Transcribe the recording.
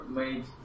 made